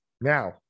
Now